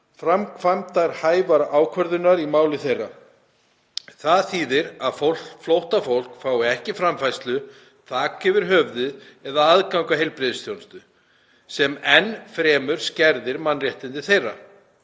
framkvæmdarhæfrar ákvörðunar í máli þeirra. Það þýðir að flóttafólk fái ekki framfærslu, þak yfir höfuðið eða aðgang að heilbrigðisþjónustu, sem enn fremur skerðir mannréttindi þeirra.